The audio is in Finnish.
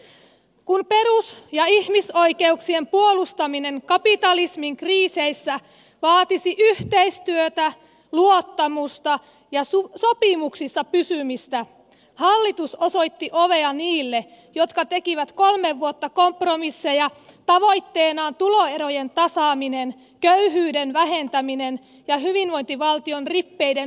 kun perus ja ihmisoikeuksien puolustaminen kapitalismin kriiseissä vaatisi yhteistyötä luottamusta ja sopimuksissa pysymistä silloin hallitus osoitti ovea niille jotka tekivät kolme vuotta kompromisseja tavoitteenaan tuloerojen tasaaminen köyhyyden vähentäminen ja hyvinvointivaltion rippeiden turvaaminen